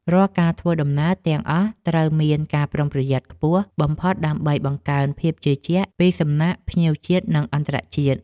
រាល់ការធ្វើដំណើរទាំងអស់ត្រូវមានការប្រុងប្រយ័ត្នខ្ពស់បំផុតដើម្បីបង្កើនភាពជឿជាក់ពីសំណាក់ភ្ញៀវជាតិនិងអន្តរជាតិ។